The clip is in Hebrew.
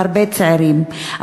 והרבה צעירים,